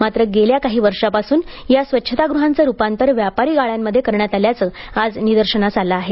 मात्र गेल्या काही वर्षापासून या स्वच्छतागृहांचे रूपांतर व्यापारी गाळ्यामध्ये करण्यात आल्याचं आज निदर्शनात आले आहे